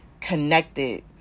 connected